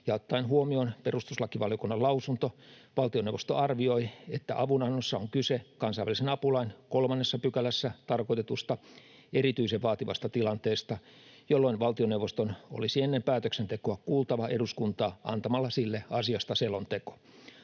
ottaen huomioon perustuslakivaliokunnan lausunnon valtioneuvosto arvioi, että avunannossa on kyse kansainvälisen apulain 3 §:ssä tarkoitetusta erityisen vaativasta tilanteesta, jolloin valtioneuvoston olisi ennen päätöksentekoa kuultava eduskuntaa antamalla sille asiasta selonteko.